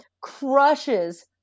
crushes